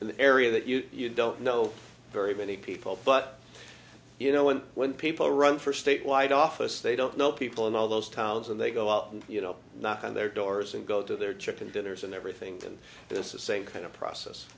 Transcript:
the area that you don't know very many people but you know when when people run for statewide office they don't know people in all those towns and they go out and you know knock on their doors and go to their chicken dinners and everything and this is same kind of process